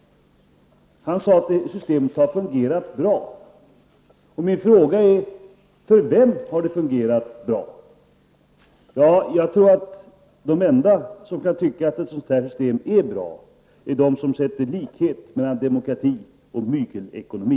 Han sade att systemet har fungerat bra. Min fråga är: För vem har det fungerat bra? Jag tror att de enda som kan tycka att ett sådant system är bra är de som sätter likhetstecken mellan demokrati och mygelekonomi.